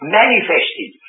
manifested